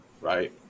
Right